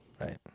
right